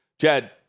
Chad